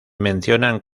mencionan